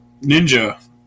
Ninja